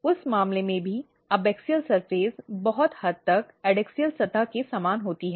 उस मामले में भी एबैक्सियल सतह बहुत हद तक एडैक्सियल सतह के समान होती है